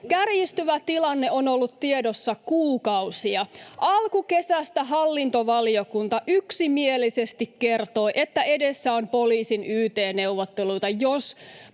Kärjistyvä tilanne on ollut tiedossa kuukausia. Alkukesästä hallintovaliokunta yksimielisesti kertoi, että edessä on poliisin yt-neuvotteluita,